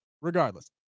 Regardless